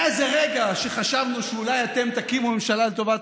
היה איזה רגע שחשבנו שאולי אתם תקימו ממשלה לטובת